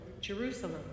Jerusalem